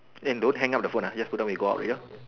and don't hang up the phone ah just put down when you go out ya